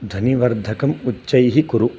ध्वनिवर्धकम् उच्चैः कुरु